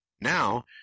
Now